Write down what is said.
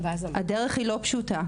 הדרך היא לא פשוטה.